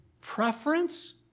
preference